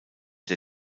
der